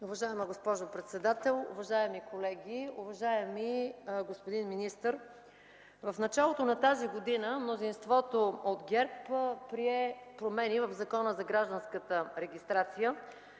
Уважаема госпожо председател, уважаеми колеги, уважаеми господин министър! В началото на тази година мнозинството от ГЕРБ прие промени в Закона за гражданската регистрация,